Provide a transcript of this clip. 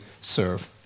serve